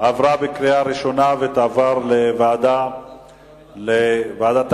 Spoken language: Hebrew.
עברה בקריאה ראשונה ותעבור לוועדת הכספים